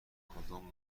کدوم